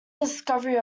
discovery